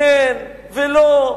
כן ולא,